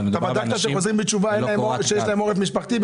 אתה בדקת שחוזרים בתשובה, יש להם עורף משפחתי?